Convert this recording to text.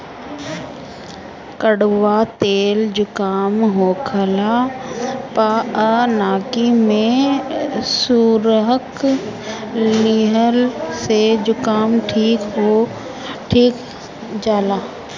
कड़ुआ तेल जुकाम होखला पअ नाकी में सुरुक लिहला से जुकाम ठिका जाला